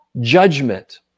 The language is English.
judgment